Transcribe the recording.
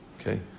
Okay